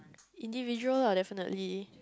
individual lah definitely